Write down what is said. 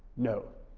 no,